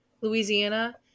Louisiana